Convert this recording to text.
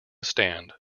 stand